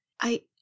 I